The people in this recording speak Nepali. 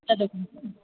तपाईँकोमा छ नि